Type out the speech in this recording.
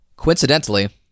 Coincidentally